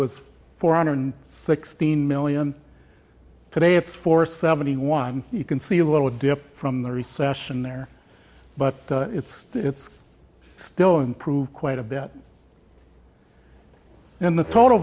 was four hundred sixteen million today it's four seventy one you can see a little dip from the recession there but it's it's still improved quite a bit in the total